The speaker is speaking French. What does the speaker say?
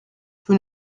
vous